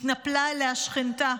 התנפלה עליה שכנתה,